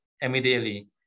immediately